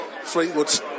Fleetwood